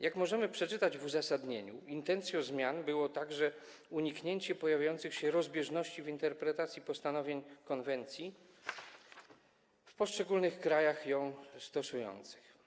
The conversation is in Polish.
Jak możemy przeczytać w uzasadnieniu, intencją zmian było także uniknięcie pojawiających się rozbieżności w interpretacji postanowień konwencji w poszczególnych krajach ją stosujących.